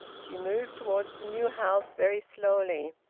she moved towards the new house, very slowly,